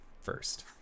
first